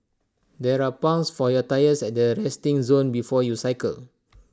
there are pumps for your tyres at the resting zone before you cycle